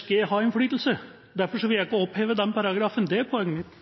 skal ha innflytelse. Derfor vil jeg ikke oppheve den paragrafen. Det er poenget mitt.